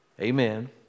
Amen